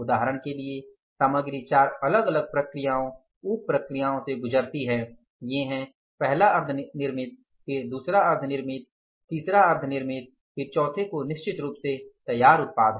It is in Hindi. उदाहरण के लिए सामग्री चार अलग अलग प्रक्रियाओं उप प्रक्रियाएं से गुजरती है ये हैं पहला अर्ध निर्मित फिर दूसरा अर्ध निर्मित तीसरा अर्ध निर्मित फिर चौथे को निश्चित रूप से तैयार उत्पाद है